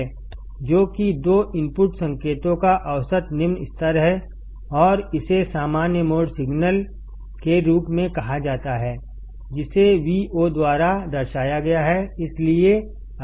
जो कि दो इनपुट संकेतों का औसत निम्न स्तर है और इसे सामान्यमोड सिग्नल केरूप में कहा जाता है जिसे Vcद्वारा दर्शाया गया है